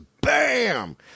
Bam